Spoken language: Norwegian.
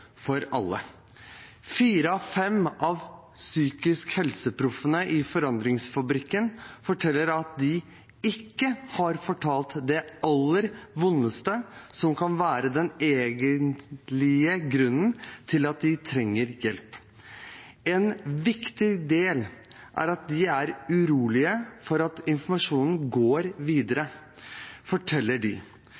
for alle. Fire av fem av PsykiskhelseProffene i Forandringsfabrikken forteller at de ikke har fortalt det aller vondeste som kan være den egentlige grunnen til at de trenger hjelp. En viktig grunn er at de er urolige for at informasjonen kan gå videre,